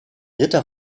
ritter